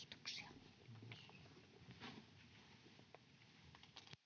Kiitos,